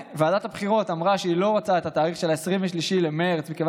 ועדת הבחירות אמרה שהיא לא רוצה את התאריך 23 במרץ מכיוון